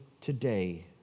today